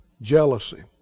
jealousy